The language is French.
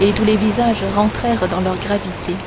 et tous les visages rentrèrent dans leur gravité